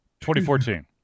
2014